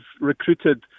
recruited